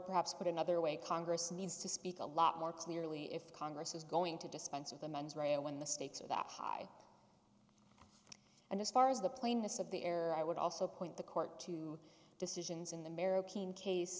perhaps put another way congress needs to speak a lot more clearly if congress is going to dispense of the mens rea when the stakes are that high and as far as the plainness of the air i would also point the court to decisions in the marrow keen case